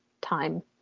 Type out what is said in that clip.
time